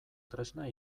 tresna